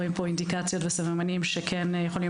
רואים פה אינדיקציות וסממנים שכן יכולים